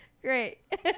Great